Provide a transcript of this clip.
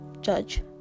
judge